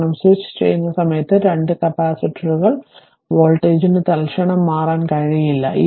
കാരണം സ്വിച്ച് ചെയ്യുന്ന സമയത്ത് രണ്ട് കപ്പാസിറ്ററുകൾ വോൾട്ടേജിന് തൽക്ഷണം മാറാൻ കഴിയില്ല